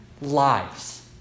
lives